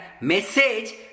message